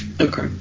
okay